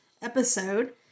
episode